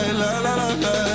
la-la-la-la